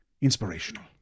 Inspirational